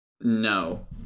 No